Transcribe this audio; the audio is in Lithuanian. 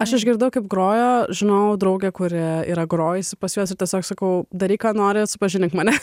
aš išgirdau kaip grojo žinojau draugę kuri yra grojusi pas juos tiesiog sakau daryk ką nori supažindink mane